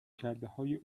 کردههای